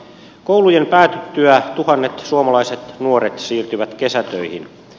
koulujen päätyttyä tuhannet suomalaiset nuoret siirtyvät kesätöihin